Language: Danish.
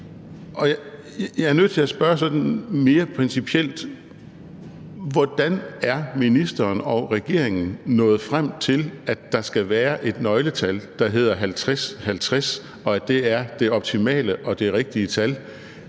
Jeg er nødt til at spørge sådan mere principielt: Hvordan er ministeren og regeringen nået frem til, at der skal være et nøgletal, der hedder 50-50, og at det er det optimale og rigtige tal,